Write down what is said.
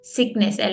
Sickness